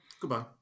Goodbye